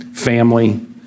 family